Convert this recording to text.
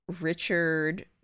Richard